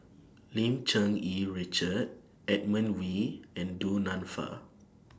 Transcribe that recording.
Lim Cherng Yih Richard Edmund Wee and Du Nanfa